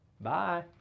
Bye